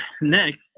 next